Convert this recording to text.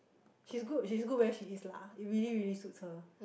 she's good she's good where she is lah it really really suits her